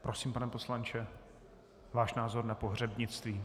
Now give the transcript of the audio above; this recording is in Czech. Prosím, pane poslanče, váš názor na pohřebnictví.